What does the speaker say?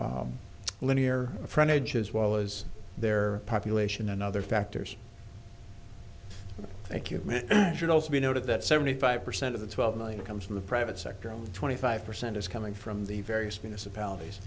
their linear frontage as well as their population and other factors thank you should also be noted that seventy five percent of the twelve million comes from the private sector twenty five percent is coming from the various municipalities